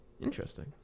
Interesting